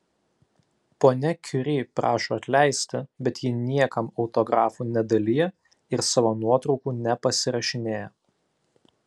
ponia kiuri prašo atleisti bet ji niekam autografų nedalija ir savo nuotraukų nepasirašinėja